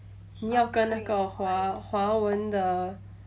你要跟那个华华文的